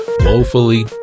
woefully